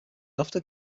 often